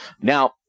Now